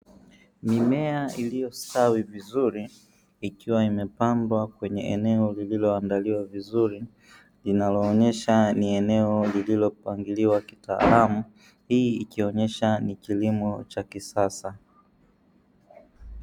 Mimea iliyostawi vizuri ikiwa imepambwa kwenye eneo lililoandaliwa vizuri, linaloonyesha ni eneo lililopangiliwa kitaalamu, hii ikionyesha ni kilimo cha kisasa.